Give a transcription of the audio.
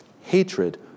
hatred